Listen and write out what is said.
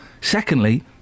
Secondly